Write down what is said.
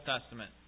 Testament